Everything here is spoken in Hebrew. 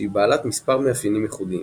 שהיא בעלת מספר מאפיינים ייחודיים,